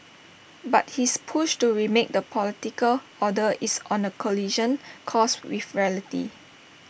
but his push to remake the political order is on A collision course with reality